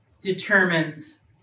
determines